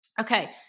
Okay